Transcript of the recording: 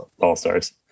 All-Stars